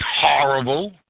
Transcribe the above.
horrible